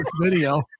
video